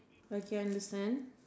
like you understand